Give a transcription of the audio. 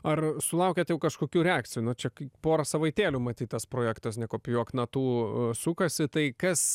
ar sulaukėt jau kažkokių reakcijų no čia pora savaitėlių matyt tas projektas nekopijuok natų sukasi tai kas